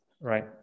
Right